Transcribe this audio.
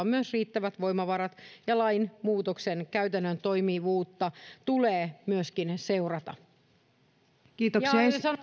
myös osoitettava riittävät voimavarat ja lainmuutoksen käytännön toimivuutta tulee myöskin seurata